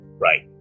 right